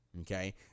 Okay